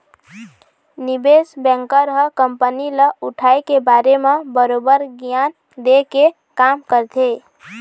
निवेस बेंकर ह कंपनी ल उठाय के बारे म बरोबर गियान देय के काम करथे